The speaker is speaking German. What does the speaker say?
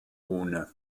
ohne